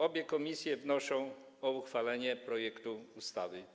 Obie komisje wnoszą o uchwalenie projektu ustawy.